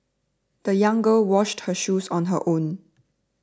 the young girl washed her shoes on her own